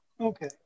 Okay